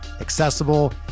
accessible